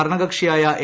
ഭരണകക്ഷിയായ എ